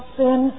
sin